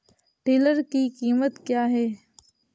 Tiller की कीमत क्या है?